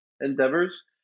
endeavors